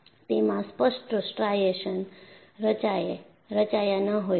તેમાં સ્પષ્ટ સ્ટ્રાઇશન્સ રચાયા ન હોઈ શકે